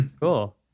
Cool